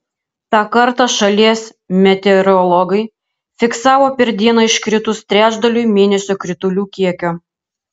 tą kartą šalies meteorologai fiksavo per dieną iškritus trečdaliui mėnesio kritulių kiekio